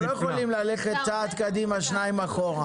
אנחנו לא יכולים ללכת צעד קדימה שניים אחורה.